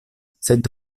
sed